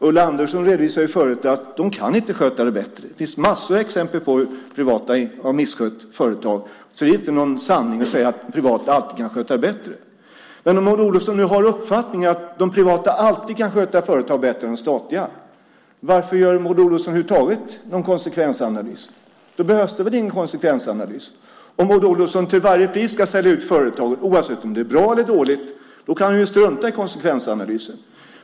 Ulla Andersson redovisade tidigare att det privata inte kan sköta dem bättre. Det finns en massa exempel på hur det privata har misskött företag, så det är inte någon sanning att det privata alltid kan sköta företagen bättre. Om nu Maud Olofsson har uppfattningen att det privata alltid kan sköta företag bättre än de statliga företagen, varför då över huvud taget göra en konsekvensanalys, Maud Olofsson? Då behövs det väl ingen konsekvensanalys? Om Maud Olofsson till varje pris ska sälja ut företag, oavsett om det är bra eller om det är dåligt, kan hon strunta i konsekvensanalysen.